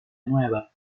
nueva